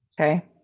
Okay